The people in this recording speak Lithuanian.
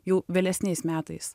jau vėlesniais metais